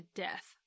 death